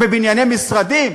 בבנייני משרדים?